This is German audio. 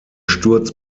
sturz